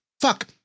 fuck